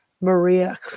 Maria